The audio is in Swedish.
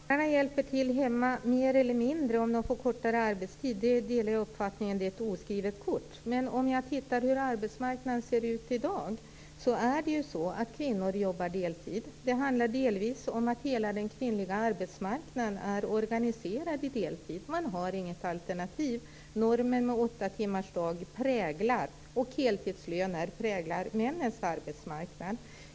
Herr talman! Om karlar hjälper till mer eller mindre om de får kortare arbetstid är ett oskrivet kort - jag delar den uppfattningen. Men i dag jobbar kvinnor deltid. Det handlar delvis om att hela den kvinnliga arbetsmarknaden är organiserad i deltid. Man har inget alternativ. Normen med åttatimmarsdag och heltidslöner präglar männens arbetsmarknad.